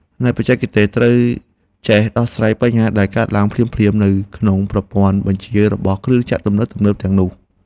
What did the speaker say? អ្នកបច្ចេកទេសត្រូវចេះដោះស្រាយបញ្ហាដែលកើតឡើងភ្លាមៗនៅក្នុងប្រព័ន្ធបញ្ជារបស់គ្រឿងចក្រទំនើបៗទាំងនោះ។